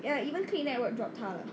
ya even click network drop 她